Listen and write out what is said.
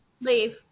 Leave